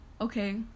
okay